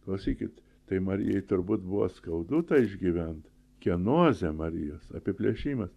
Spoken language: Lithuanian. klausykit tai marijai turbūt buvo skaudu tą išgyvent kienozė marijos apiplėšimas